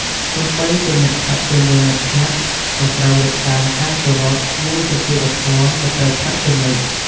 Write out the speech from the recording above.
ទោះបីជាអ្នកផឹកជាមួយមិត្តភក្តិ ក៏ត្រូវរក្សាការគោរព និងសុជីវធម៌នៅពេលផឹកជានិច្ច។